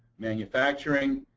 manufacturing,